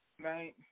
right